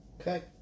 Okay